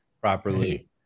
properly